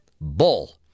bull